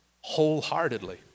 wholeheartedly